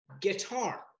guitar